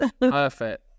Perfect